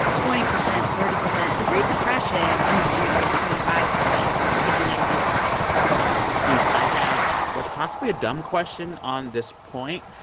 twenty percent, thirty percent. the great depression unemployment hit twenty five percent, just to give you an idea yeah, yeah. you know, i have what's possibly a dumb question on this point.